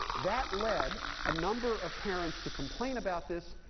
that led a number of parents to complain about this,